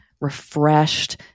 refreshed